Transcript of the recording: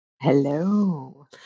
Hello